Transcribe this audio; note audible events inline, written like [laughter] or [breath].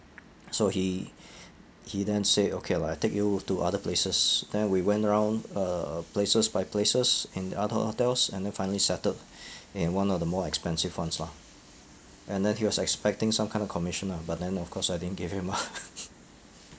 [noise] so he [breath] he then say okay lah I take you to other places then we went around uh places by places in the other hotels and then finally settled [breath] in one of the more expensive ones lah and then he was expecting some kind of commission ah but then of course I didn't give him ah [laughs]